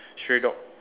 stray dog